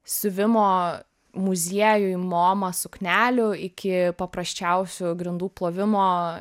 siuvimo muziejuj moma suknelių iki paprasčiausių grindų plovimo